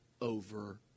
over